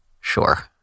Sure